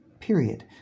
Period